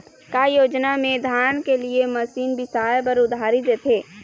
का योजना मे धान के लिए मशीन बिसाए बर उधारी देथे?